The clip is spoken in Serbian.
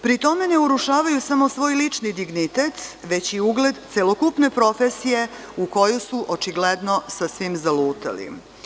Pri tome ne urušavaju samo svoj lični indignitet, već i ugled celokupne profesije u koju su očigledno sasvim zalutali.